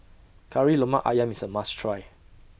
Kari Lemak Ayam IS A must Try